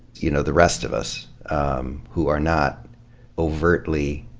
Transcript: you know, the rest of us um who are not overtly,